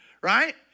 right